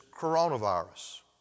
coronavirus